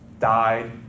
died